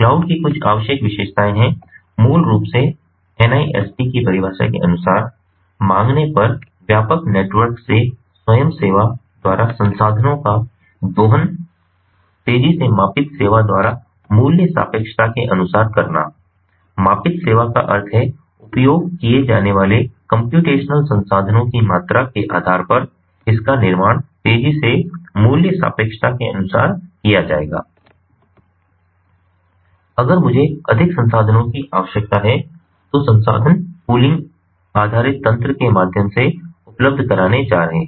cloud कि कुछ आवश्यक विशेषताएं हैं मूल रूप से एनआईएसटी की परिभाषा के अनुसार मांगने पर व्यापक नेटवर्क से स्वयं सेवा द्वारा संसाधनों का दोहन तेजी से मापित सेवा द्वारा मूल्य सापेक्षता के अनुसार करना मापित सेवा का अर्थ है कि उपयोग किए जाने वाले कम्प्यूटेशनल संसाधनों की मात्रा के आधार पर इसका निर्माण तेजी से मूल्य सापेक्षता के अनुसार किया जाएगा अगर मुझे अधिक संसाधनों की आवश्यकता है तो संसाधन पूलिंग आधारित तंत्र के माध्यम से उपलब्ध कराने जा रहे हैं